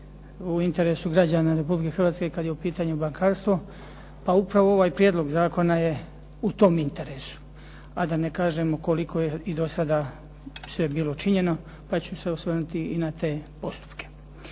u interesu građana Republike Hrvatske kada je u pitanju bankarstvo, pa upravo ovaj prijedlog zakona je u tom interesu a da ne kažemo koliko je i do sada sve bilo i učinjeno, pa ću se osvrnuti na te postupke.